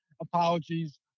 apologies